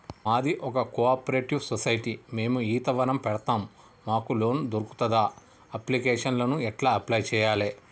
మాది ఒక cooperative society మేము ఈత వనం పెడతం మాకు లోన్ దొర్కుతదా? అప్లికేషన్లను ఎట్ల అప్లయ్ చేయాలే?